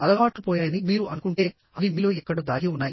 అలవాట్లు పోయాయని మీరు అనుకుంటే అవి మీలో ఎక్కడో దాగి ఉన్నాయి